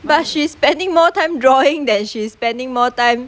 but she is spending more time drawing that she is spending more time